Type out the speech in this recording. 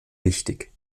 wichtig